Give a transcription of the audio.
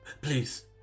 please